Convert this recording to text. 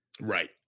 Right